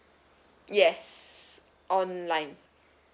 yes online